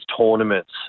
tournaments